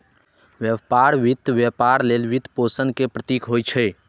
व्यापार वित्त व्यापार लेल वित्तपोषण के प्रतीक होइ छै